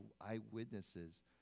eyewitnesses